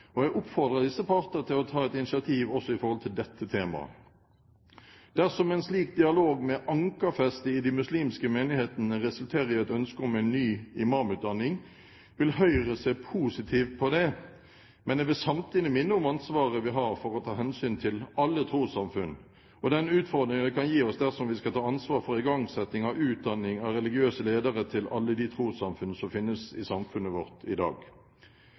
og jeg oppfordrer disse parter til å ta et initiativ også knyttet til dette tema. Dersom en slik dialog med ankerfeste i de muslimske menighetene resulterer i et ønske om en ny imamutdanning, vil Høyre se positivt på det. Men jeg vil samtidig minne om ansvaret vi har for å ta hensyn til alle trossamfunn og den utfordring det kan gi oss dersom vi skal ta ansvar for igangsetting av utdanning av religiøse ledere til alle de trossamfunn som finnes i samfunnet vårt i dag.